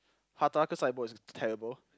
Hataraku Saibou is terrible